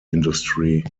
industry